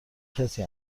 کسی